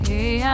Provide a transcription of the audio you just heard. Hey